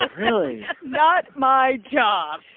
ah really not my job.